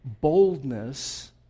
boldness